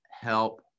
help